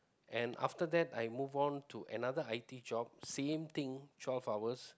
and after that I move on to another I_T job same thing twelve hours